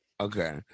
Okay